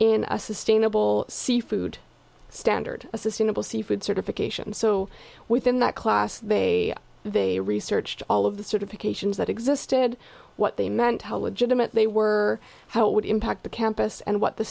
in a sustainable seafood standard a sustainable seafood certification so within that class they they researched all of the sort of occasions that existed what they meant how legitimate they were how it would impact the campus and what the